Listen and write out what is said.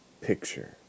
picture